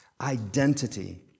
Identity